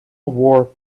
wore